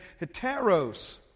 heteros